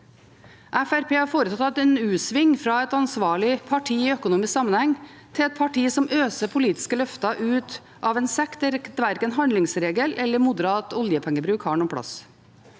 har foretatt en u-sving fra å være et ansvarlig parti i økonomisk sammenheng til å bli et parti som øser politiske løfter ut av en sekk der verken handlingsregel eller moderat oljepengebruk har noen plass.